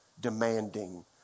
demanding